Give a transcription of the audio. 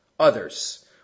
others